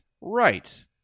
Right